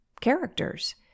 characters